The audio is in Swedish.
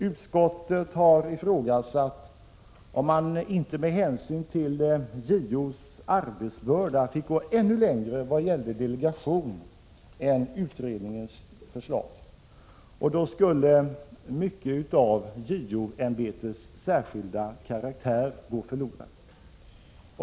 Utskottet har ifrågasatt om man inte med hänsyn till JO:s arbetsbörda fick gå ännu längre i vad gäller delegation än utredningens förslag. Men i så fall skulle mycket av JO-ämbetets särskilda karaktär gå förlorat.